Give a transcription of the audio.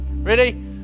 Ready